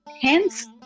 Hence